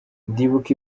ndibuka